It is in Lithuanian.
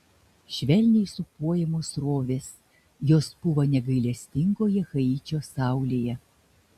švelniai sūpuojamos srovės jos pūva negailestingoje haičio saulėje